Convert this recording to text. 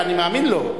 ואני מאמין לו,